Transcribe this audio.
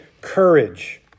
courage